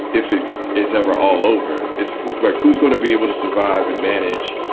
if it is ever all over, it's like who's going to be able to survive and manage,